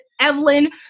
Evelyn